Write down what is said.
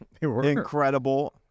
Incredible